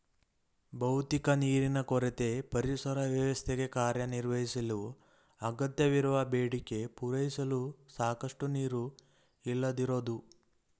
ಭೌತಿಕ ನೀರಿನ ಕೊರತೆ ಪರಿಸರ ವ್ಯವಸ್ಥೆಗೆ ಕಾರ್ಯನಿರ್ವಹಿಸಲು ಅಗತ್ಯವಿರುವ ಬೇಡಿಕೆ ಪೂರೈಸಲು ಸಾಕಷ್ಟು ನೀರು ಇಲ್ಲದಿರೋದು